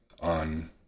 on